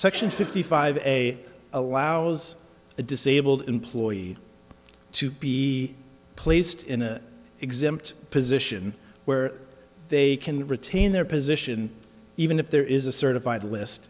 section fifty five a allows a disabled employee to be placed in an exempt position where they can retain their position even if there is a certified list